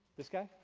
this guy?